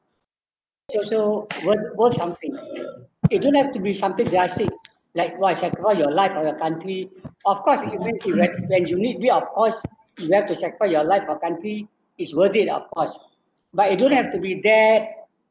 feels so worth worth something it don't have to be something that I said like why sacrifice your life for your country of course it when it when you need this of course you have to sacrifice your life for country is worth it of course but it don't have to be that